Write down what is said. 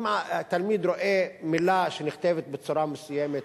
אם התלמיד רואה מלה שנכתבת בצורה מסוימת